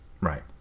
Right